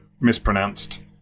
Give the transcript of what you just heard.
mispronounced